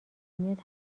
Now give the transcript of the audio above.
میاد